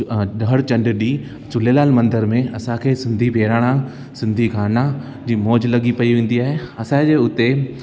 हर चंॾ ॾींहं झूलेलाल मंदर में असांखे सिंधी बहिराणा सिंधी गाना जी मौज़ लॻी पई हूंदी आहे असांजे हिते